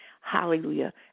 Hallelujah